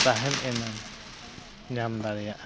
ᱛᱟᱦᱮᱱ ᱮᱱᱟᱝ ᱧᱟᱢ ᱫᱟᱲᱮᱭᱟᱜᱼᱟ